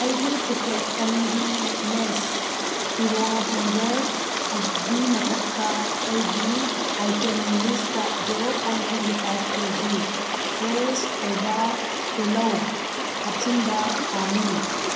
ꯑꯩꯒꯤ ꯄꯦꯛꯀꯦꯠ ꯑꯅꯤꯒꯤ ꯂꯦꯞꯂꯦꯁ ꯐꯤꯔꯣꯜ ꯍꯦꯡꯒꯔ ꯒꯤ ꯃꯊꯛꯇ ꯑꯩꯒꯤ item list zero point twenty five KGs fresh ꯑꯣꯏꯕ ꯇꯤꯜꯍꯧ ꯍꯥꯞꯆꯤꯟꯕ ꯄꯥꯝꯃꯤ